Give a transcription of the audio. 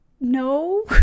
No